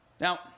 Now